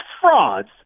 frauds